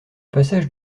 passage